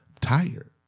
tired